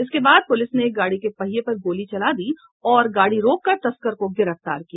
इसके बाद पुलिस ने गाड़ी के पहिये पर गोली चला दी और गाड़ी रोककर तस्कर को गिरफ्तार किया